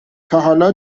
تاحالا